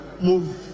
move